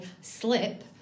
slip